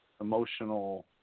emotional